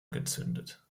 gezündet